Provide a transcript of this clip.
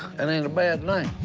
and and bad name.